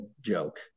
joke